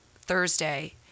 Thursday